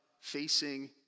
facing